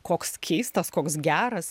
koks keistas koks geras